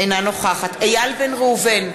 אינה נוכחת איל בן ראובן,